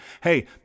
Hey